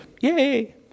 yay